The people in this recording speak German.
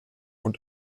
und